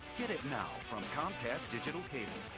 get it now from comcast digital cable.